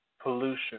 pollution